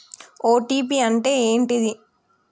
OTP అంటే ఏంటిది?